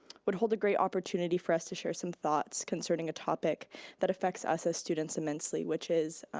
would hold a great opportunity for us to share some thoughts concerning a topic that affects us as students immensely which is